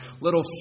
little